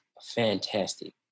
fantastic